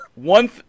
one